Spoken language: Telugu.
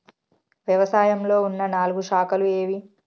వ్యవసాయంలో ఉన్న నాలుగు శాఖలు ఏవి?